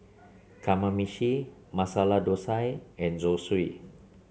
Kamameshi Masala Dosa and Zosui